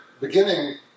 beginning